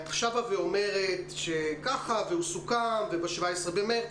את שבה ואומרת: כך וסוכם וב-17 במרץ.